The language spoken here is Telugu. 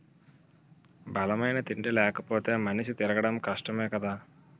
బలమైన తిండి లేపోతే మనిషి తిరగడం కష్టమే కదా